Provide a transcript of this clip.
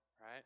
right